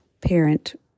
parent